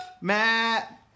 matt